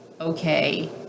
okay